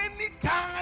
Anytime